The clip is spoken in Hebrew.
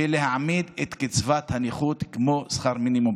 ולהעמיד את קצבת הנכות בדיוק כמו שכר מינימום.